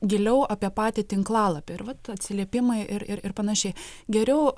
giliau apie patį tinklalapį ir vat atsiliepimai ir ir ir panašiai geriau